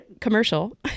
commercial